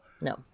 No